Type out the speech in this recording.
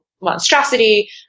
monstrosity